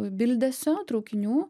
bildesio traukinių